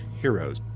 heroes